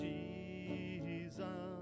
Jesus